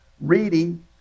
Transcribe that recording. reading